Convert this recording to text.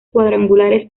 cuadrangulares